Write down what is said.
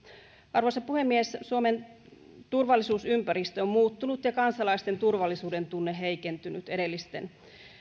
arvoisa puhemies suomen turvallisuusympäristö on muuttunut ja kansalaisten turvallisuudentunne heikentynyt edellisten